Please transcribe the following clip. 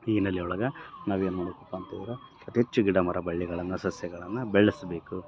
ಈ ಹಿನ್ನಲೆಯೊಳಗೆ ನಾವು ಏನು ಮಾಡಬೇಕಪ್ಪ ಅಂತ ಹೇಳಿರೆ ಅತಿ ಹೆಚ್ಚು ಗಿಡ ಮರ ಬಳ್ಳಿಗಳನ್ನು ಸಸ್ಯಗಳನ್ನು ಬೆಳೆಸ್ಬೇಕು